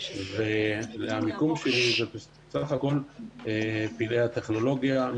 המיקום שלי, זה סך הכול פלאי הטכנולוגיה.